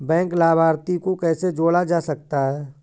Bank लाभार्थी को कैसे जोड़ा जा सकता है?